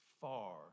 far